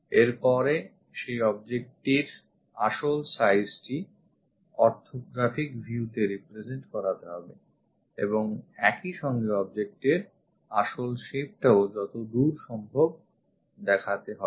এর পরে সেই objectটির আসল size টি orthographic view তে represent করাতে হবে এবং একইসঙ্গেobject এর আসল shapeটাও যতদূর সম্ভব দেখাতে হবে